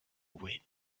wind